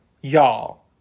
y'all